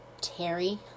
terry